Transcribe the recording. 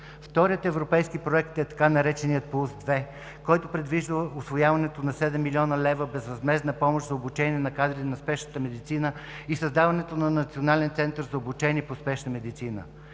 Вторият европейски проект е така нареченият „Пулс 2“, който предвижда усвояването на 7 млн. лв. безвъзмездна помощ за обучението на кадри на спешната медицина и създаването на Национален център за обучение по спешна медицина.